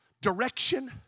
direction